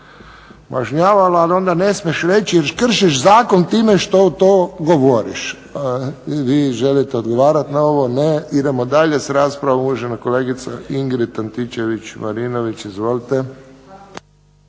mažnjavalo, ali onda ne smiješ reći jer kršiš zakon time što to govoriš. Vi želite odgovarati na ovo? Ne. Idemo dalje sa raspravom. Uvažena kolegica Ingrid Antičević Marinović. Izvolite.